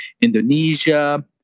Indonesia